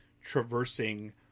traversing